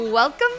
Welcome